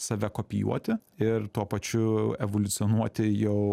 save kopijuoti ir tuo pačiu evoliucionuoti jau